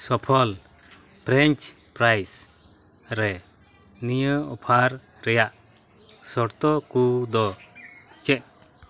ᱥᱚᱯᱷᱚᱞ ᱯᱷᱮᱨᱮᱡᱽ ᱯᱮᱨᱟᱭᱤᱡᱽ ᱨᱮ ᱱᱤᱭᱟᱹ ᱚᱯᱷᱟᱨ ᱨᱮᱭᱟᱜ ᱥᱚᱨᱛᱚ ᱠᱚᱫᱚ ᱪᱮᱫ